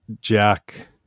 Jack